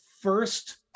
first